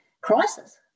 crisis